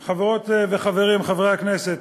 תודה רבה, תודה רבה, חברות וחברים, חברי הכנסת,